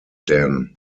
den